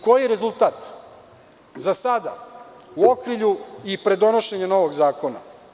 Koji je rezultat sada u okrilju i pred donošenjem novog zakona?